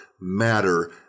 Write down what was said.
matter